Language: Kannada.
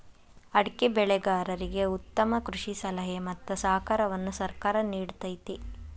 ಅಡಿಕೆ ಬೆಳೆಗಾರರಿಗೆ ಉತ್ತಮ ಕೃಷಿ ಸಲಹೆ ಮತ್ತ ಸಹಕಾರವನ್ನು ಸರ್ಕಾರ ನಿಡತೈತಿ